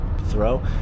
throw